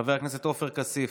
חבר הכנסת עופר כסיף,